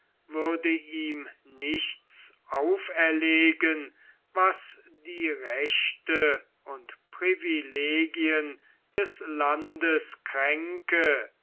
würde ihm nichts auferlegen was die rechte und privilegien des landes kränke